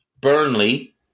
Burnley